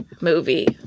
movie